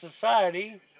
society